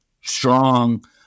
strong